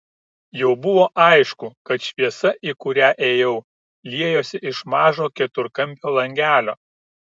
jau buvo aišku kad šviesa į kurią ėjau liejosi iš mažo keturkampio langelio